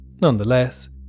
Nonetheless